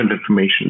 information